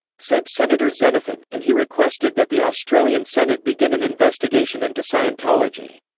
said senator xenophon, and he requested that the australian senate begin an investigation into scientology.